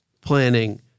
planning